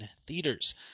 theaters